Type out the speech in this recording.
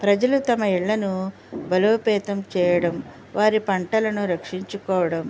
ప్రజలు తమ ఇళ్ళను బలోపేతం చెయ్యడం వారి పంటలను రక్షించుకోవడం